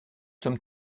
sommes